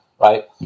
right